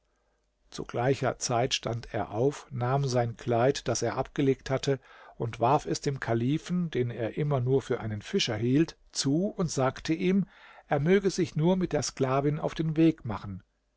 zu gleicher zeit stand er auf nahm sein kleid das er abgelegt hatte und warf es dem kalifen den er immer nur für einen fischer hielt zu und sagte ihm er möge sich nur mit der sklavin auf den weg machen